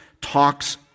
talks